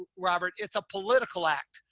robert, it's a political act,